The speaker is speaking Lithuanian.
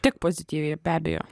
tik pozityviai be abejo